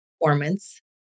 performance